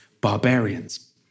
barbarians